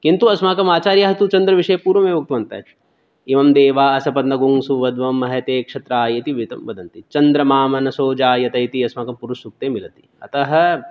किन्तु अस्माकम् आचार्याः तु चन्द्रविषये पूर्वमेव उक्तवन्तः इमं देवा असपत्नं सुवध्वं महते क्षत्राय इति विहितं वदन्ति चन्द्रमा मनसो जायते इति अस्माकं पुरुषसूक्ते मिलति अतः